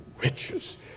riches